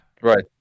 right